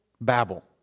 Babel